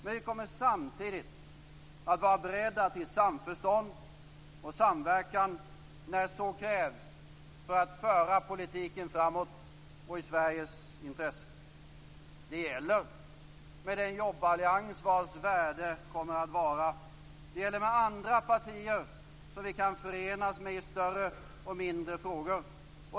Men vi kommer samtidigt att vara beredda till samförstånd och samverkan när så krävs för att föra politiken framåt och i Sveriges intresse. Det gäller, med den jobballians vars värde kommer att vara. Det gäller med andra partier, som vi kan förenas med i större och mindre frågor.